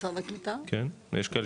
יש כאלה